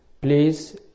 please